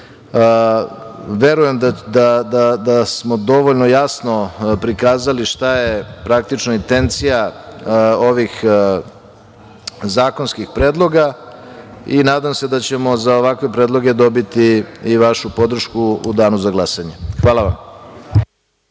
Verujem da smo dovoljno jasno prikazali šta je praktično intencija ovih zakonskih predloga i nadam se da ćemo za ovakve predloge dobiti i vašu podršku u danu za glasanje. Hvala vam.